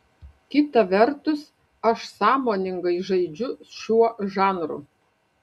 kita vertus aš sąmoningai žaidžiu šiuo žanru